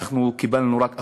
אנחנו קיבלנו רק 1%,